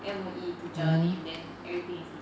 M_O_E teacher then everything is easier